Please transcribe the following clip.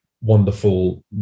wonderful